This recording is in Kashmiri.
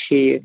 ٹھیٖک